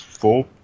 Four